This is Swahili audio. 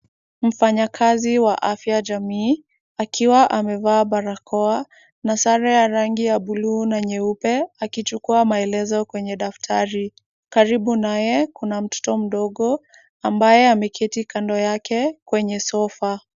Mfanyakazi wa afya jamii akiwa amevaa barakoa na sare ya rangi ya blue na nyeupe, akichukua maelezo kwenye daftari. Karibu naye kuna mtoto mdogo, ambaye ameketi kando yake kwenye sofa.